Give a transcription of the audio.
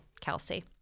Kelsey